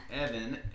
Evan